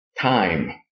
time